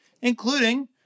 including